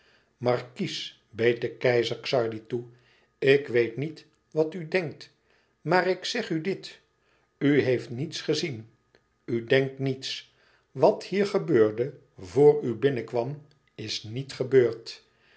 markies beet de keizer xardi toe ik weet niet wat u denkt maar ik zeg u dit u heeft niets gezien u denkt niets wat hier gebeurde vr u binnenkwam is niet gebeurd